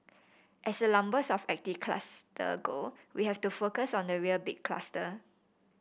as the numbers of active cluster go we have to focus on the real big cluster